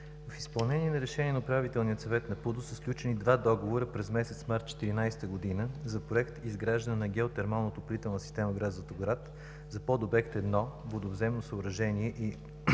В изпълнение на решение на Управителния съвет на ПУДООС са сключени два договора през месец март 2014 г. за проект „Изграждане на геотермална отоплителна система – град Златоград“ за подобект 1 – „Водовземно съоръжение и